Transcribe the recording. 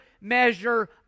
measure